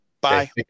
Bye